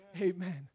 Amen